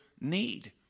need